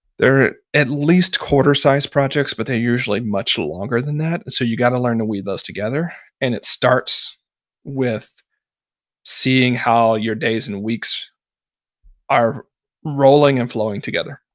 they're at least quarter-sized projects but they're usually much longer than that. so, you got to learn to weave those together and it starts with seeing how your days and weeks are rolling and flowing together